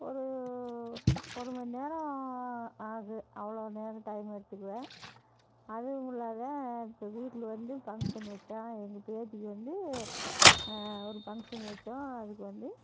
ஒரு ஒரு மணி நேரம் ஆகும் அவ்வளோ நேரம் டைம் எடுத்துக்குவேன் அதுவும் இல்லாத இப்போ வீட்டில் வந்து ஃபங்ஷன் வச்சோம் எங்கள் பேத்திக்கு வந்து ஒரு ஃபங்ஷன் வச்சோம் அதுக்கு வந்து